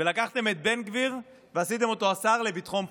ולקחתם את בן גביר ועשיתם אותו השר לביטחון פנים?